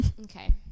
Okay